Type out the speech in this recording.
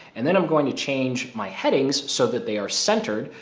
and then i'm going to change my headings so that they are centered.